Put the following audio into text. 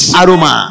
aroma